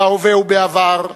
בהווה ובעבר,